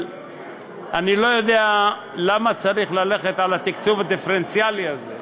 אני לא יודע למה צריך ללכת על התקצוב הדיפרנציאלי הזה,